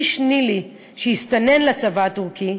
איש ניל"י שהסתנן לצבא הטורקי,